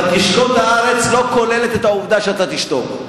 "ותשקוט הארץ" לא כולל את העובדה שאתה תשתוק.